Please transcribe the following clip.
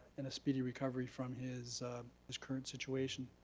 and a speedy recovery from his his current situation.